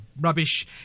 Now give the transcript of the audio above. rubbish